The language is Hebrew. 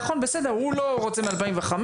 נכון בסדר הוא לא רוצה מ-2005,